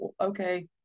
okay